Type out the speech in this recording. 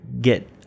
get